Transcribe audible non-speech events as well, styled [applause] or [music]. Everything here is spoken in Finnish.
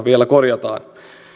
[unintelligible] vielä korjataan